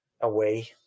away